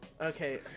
Okay